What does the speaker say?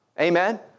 Amen